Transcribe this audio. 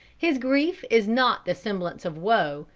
his grief is not the semblance of woe,